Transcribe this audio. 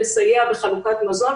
לסייע בחלוקת מזון,